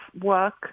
work